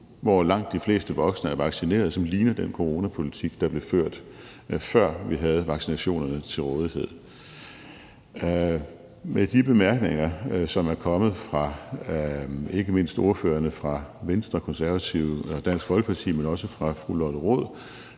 hvor langt de fleste voksne er blevet vaccineret, som ligner den coronapolitik, der blev ført, før vi havde vaccinerne til rådighed. Med de bemærkninger, som er kommet fra ikke mindst ordførerne fra Venstre, De Konservative og Dansk Folkeparti og også fra fru Lotte Rod,